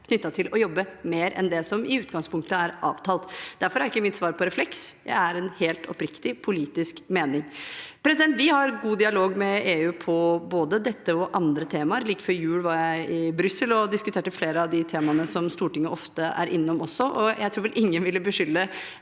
knyttet til å jobbe mer enn det som i utgangspunktet er avtalt. Derfor er ikke mitt svar på refleks. Det er en helt oppriktig politisk mening. Vi har god dialog med EU på både dette temaet og andre temaer. Like før jul var jeg i Brussel og diskuterte flere av de temaene som Stortinget også ofte er innom, og jeg tror vel ingen vil beskylde